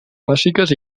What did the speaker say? clàssiques